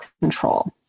control